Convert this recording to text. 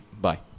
Bye